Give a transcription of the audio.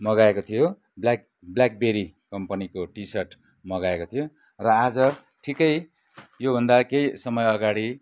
मगाएको थियो BlackBerry कम्पनीको टी सर्ट मगाएको थियो र आज ठिकै योभन्दा केही समय अगाडि